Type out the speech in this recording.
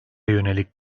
yönelik